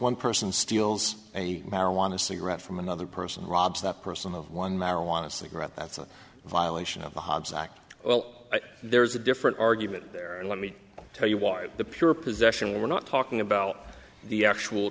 one person steals a marijuana cigarette from another person robs that person one marijuana cigarette that's a violation of the hobbs act well there's a different argument there and let me tell you why the pure possession we're not talking about the actual